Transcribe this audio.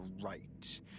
right